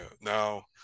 Now